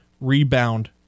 rebound